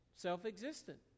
Self-existent